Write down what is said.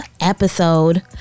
Episode